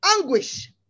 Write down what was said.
anguish